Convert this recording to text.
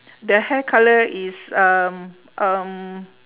the hair colour is um um